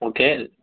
okay